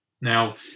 Now